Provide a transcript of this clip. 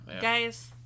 guys